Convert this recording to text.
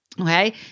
Okay